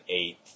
eight